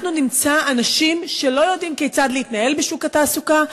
אנחנו נמצא אנשים שלא יודעים כיצד להתנהל בשוק התעסוקה,